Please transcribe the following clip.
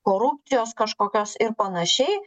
korupcijos kažkokios ir panašiai